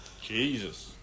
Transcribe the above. Jesus